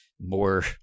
more